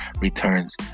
returns